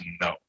no